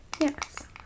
Yes